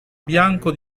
bianco